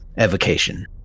Evocation